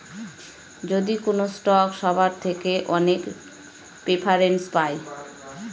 যদি কোনো স্টক সবার থেকে অনেক প্রেফারেন্স পায়